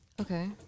Okay